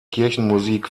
kirchenmusik